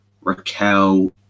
raquel